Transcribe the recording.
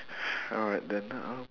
alright then um